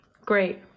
Great